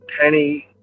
penny